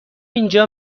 اینجا